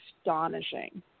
astonishing